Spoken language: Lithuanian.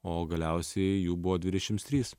o galiausiai jų buvo dvidešims trys